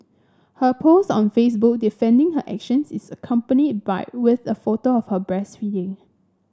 her post on Facebook defending her actions is accompanied by with a photo of her breastfeeding